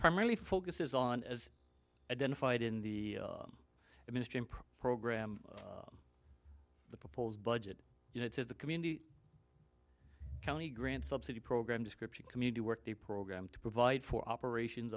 primarily focuses on as identified in the ministry program the proposed budget you know it is the community county grant subsidy program description community work the program to provide for operations